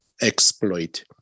exploit